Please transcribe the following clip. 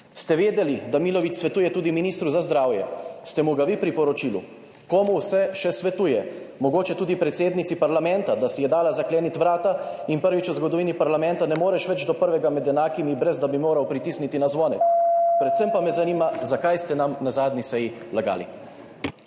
Ste vedeli, da Milović svetuje tudi ministru za zdravje? Ste mu ga vi priporočili? Komu vse še svetuje? Mogoče tudi predsednici parlamenta, da si je dala zakleniti vrata in prvič v zgodovini parlamenta ne moreš več do prvega med enakimi, brez da bi moral pritisniti na zvonec? Predvsem pa me zanima: Zakaj ste nam na zadnji seji lagali?